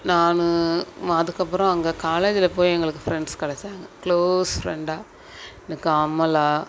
நான் அதுக்கப்புறம் அங்கே காலேஜில் போய் எங்களுக்கு ஃப்ரெண்ட்ஸ் கெடைச்சாங்க க்ளோஸ் ஃப்ரெண்டாக எனக்கு அமலா